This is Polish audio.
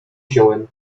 wziąłem